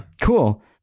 cool